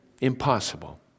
impossible